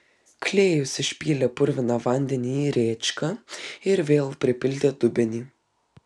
klėjus išpylė purviną vandenį į rėčką ir vėl pripildė dubenį